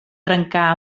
trencar